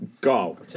go